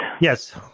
Yes